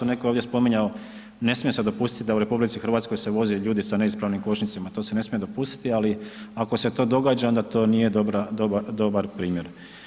Netko je ovdje spominjao, ne smije se dopustiti da u RH se voze ljudi sa neispravnim kočnicama, to se ne smije dopustiti ali ako se to događa onda to nije dobar primjer.